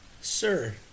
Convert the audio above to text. Sir